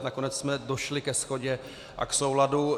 Nakonec jsme došli ke shodě a k souladu.